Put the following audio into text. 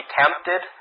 tempted